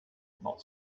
not